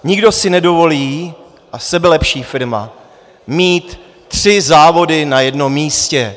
Nikdo si nedovolí, a sebelepší firma, mít tři závody na jednom místě.